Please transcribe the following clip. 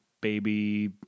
Baby